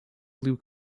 blue